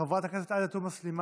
חברת הכנסת עאידה תומא סלימאן,